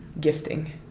gifting